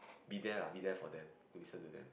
be there lah be there for them to listen to them